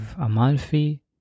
Amalfi